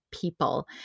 people